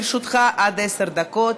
להירשם כתומכת.